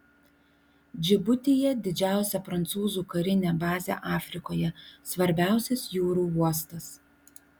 džibutyje didžiausia prancūzų karinė bazė afrikoje svarbiausias jūrų uostas